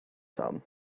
some